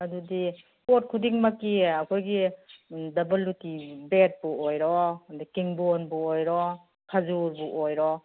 ꯑꯗꯨꯗꯤ ꯄꯣꯠ ꯈꯨꯗꯤꯡꯃꯛꯀꯤ ꯑꯩꯈꯣꯏꯒꯤ ꯗꯕꯜꯂꯨꯇꯤ ꯕ꯭ꯔꯦꯠꯄꯨ ꯑꯣꯏꯔꯣ ꯑꯗꯒꯤ ꯀꯤꯡꯕꯣꯟꯕꯨ ꯑꯣꯏꯔꯣ ꯈꯖꯨꯔꯕꯨ ꯑꯣꯏꯔꯣ